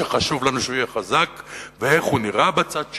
שחשוב לנו שהוא יהיה חזק ואיך הוא נראה בצד שלו,